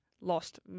lost